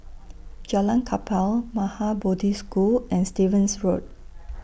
Jalan Kapal Maha Bodhi School and Stevens Road